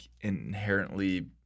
inherently